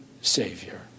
savior